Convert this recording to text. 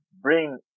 bring